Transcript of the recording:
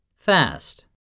Fast